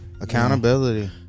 Accountability